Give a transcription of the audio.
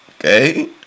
okay